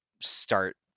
start